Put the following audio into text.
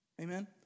Amen